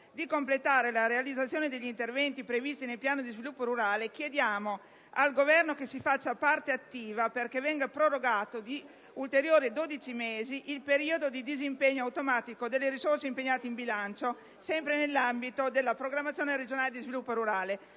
di completare la realizzazione degli interventi previsti nel piano di sviluppo rurale, chiediamo al Governo che si faccia parte attiva perché venga prorogato di ulteriori 12 mesi il periodo di disimpegno automatico delle risorse impegnate in bilancio, sempre nell'ambito della programmazione regionale di sviluppo rurale.